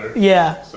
yeah.